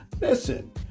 Listen